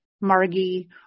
Margie